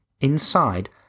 Inside